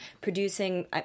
producing